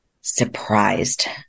surprised